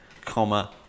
comma